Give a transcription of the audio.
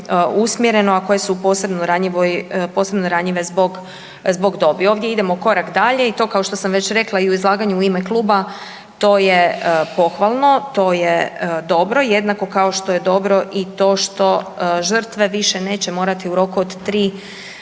usmjereno, a koje su posebno ranjive zbog dobi. Ovdje idemo korak dalje i to kao što sam već rekla i u izlaganju u ime kluba to je pohvalno, to je dobro, jednako kao što je dobro i to što žrtve više neće morati u roku od 3